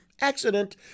Accident